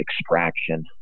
extraction